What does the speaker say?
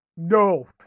No